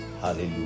hallelujah